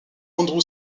andrew